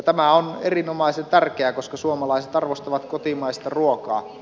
tämä on erinomaisen tärkeää koska suomalaiset arvostavat kotimaista ruokaa